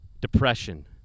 depression